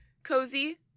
Cozy